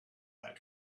that